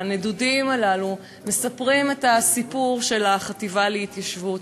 הנדודים הללו מספרים את הסיפור של החטיבה להתיישבות.